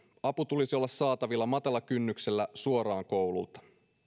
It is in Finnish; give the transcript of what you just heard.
apu tulisi olla saatavilla matalalla kynnyksellä suoraan koululta